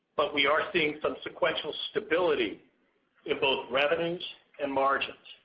but we are seeing some sequential stability in both revenues and margins.